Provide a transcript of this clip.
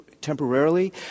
temporarily